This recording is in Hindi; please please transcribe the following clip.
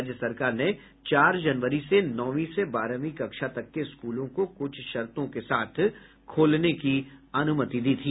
राज्य सरकार ने चार जनवरी से नौवीं से बारहवीं कक्षा तक के स्कूलों को कुछ शर्तों के साथ खोलने की अनुमति दी थी